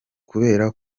kubera